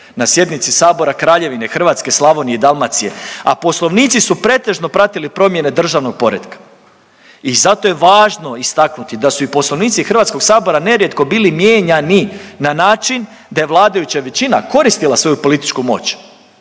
na sjednici sabora Kraljevine Hrvatske, Slavonije i Dalmacije, a poslovnici su pretežno pratili promjene državnog poretka i zato je važno istaknuti da su i Poslovnici HS nerijetko bili mijenjani na način da je vladajuća većina koristila svoju političku moć